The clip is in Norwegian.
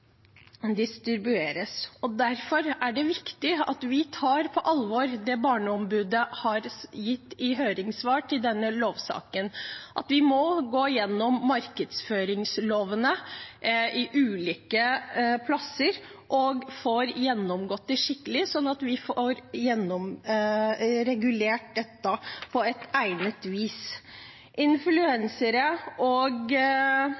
Derfor er det viktig at vi tar på alvor det Barneombudet har gitt i høringssvar til denne lovsaken, at vi må gå gjennom markedsføringslovene skikkelig, slik at vi får regulert dette på egnet vis. Influensere, kjendiser, annonsører, nettverk og enkeltpersoner: Det er altfor mange som tjener rått på